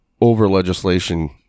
over-legislation